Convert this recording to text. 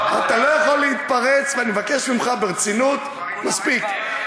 אני מבקש ממך ברצינות, מספיק.